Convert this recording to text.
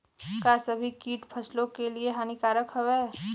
का सभी कीट फसलों के लिए हानिकारक हवें?